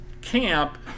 camp